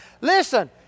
Listen